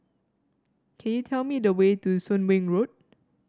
can you tell me the way to Soon Wing Road